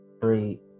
three